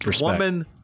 Woman